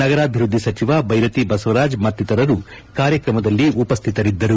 ನಗರಾಭಿವೃದ್ಧಿ ಸಚಿವ ಬೈರತಿ ಬಸವರಾಜ್ ಮತ್ತಿತರರು ಕಾರ್ಯತ್ರಮದಲ್ಲಿ ಉಪಸ್ಥಿತರಿದ್ದರು